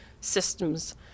systems